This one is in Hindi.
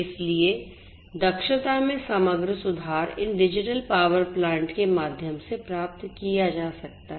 इसलिए दक्षता में समग्र सुधार इन डिजिटल पावर प्लांट के माध्यम से प्राप्त किया जा सकता है